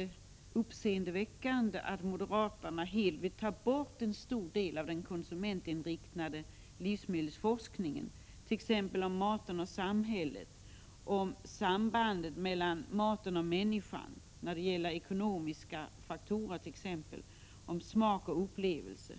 är uppseendeväckande att moderaterna vill avskaffa en stor del av den konsumentinriktade livsmedelsforskningen, t.ex. på programområdena ”Maten och samhället”, ”Människan och maten” och ”Smak och upplevelse”.